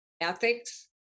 ethics